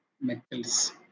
metals